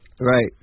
Right